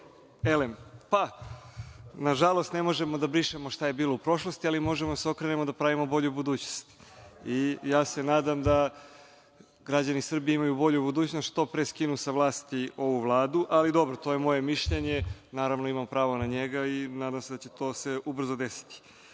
pa nažalost ne možemo da brišemo šta je bilo u prošlosti, ali možemo da se okrenemo da pravimo bolju budućnost. Ja se nadam da građani Srbije imaju volju u budućnost, da što pre skinu sa vlasti ovu Vladu, ali dobro to je moje mišljenje, naravno imam pravo na njega i nadam se da će se to ubrzo desiti. Vidite